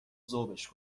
ذوبش